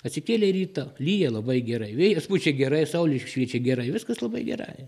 atsikėlei rytą lyja labai gerai vėjas pučia gerai saulė šviečia gerai viskas labai gerai